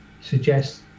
suggest